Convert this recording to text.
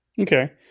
Okay